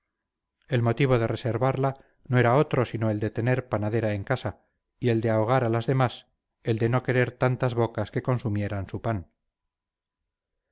el motivo de reservarla no era otro sino el de tener panadera en casa y el de ahogar a las demás el de no querer tantas bocas que consumieran su pan